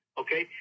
okay